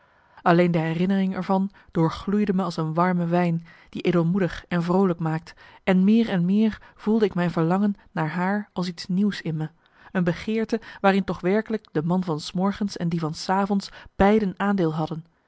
alleen de herinnering er van doorgloeide me als een warme wijn die edelmoedig en vroolijk maakt en meer en meer voelde ik mijn verlangen naar haar als iets nieuws in me een begeerte waarin toch werkelijk de man van s morgens en die van s avonds beiden aandeel hadden